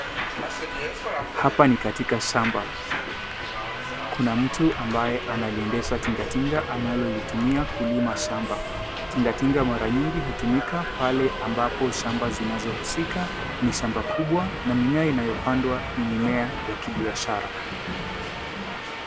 Hapa ni katika shamaba kuna mtu ambaye analiendesha tinga tinga analo litumia kulima shamba. Tinga tinga mara nyingi hutumika pale ambapo shamba zinazohusika ni shamba kubwa na mime inayopandwa ni mimea ya kibiashara.